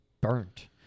burnt